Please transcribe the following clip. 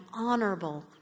honorable